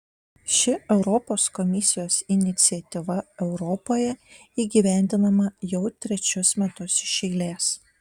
ši europos komisijos iniciatyva europoje įgyvendinama jau trečius metus iš eilės